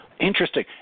interesting